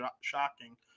shocking